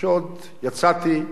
כשעוד יצאתי,